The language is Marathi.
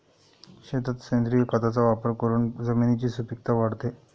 शेतात सेंद्रिय खताचा वापर करून जमिनीची सुपीकता वाढते